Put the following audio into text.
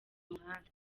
muhanda